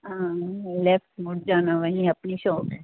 ਹਾਂ ਲੈਫਟ ਮੁੜ ਜਾਣਾ ਵਹੀ ਆਪਣੀ ਸ਼ੋਪ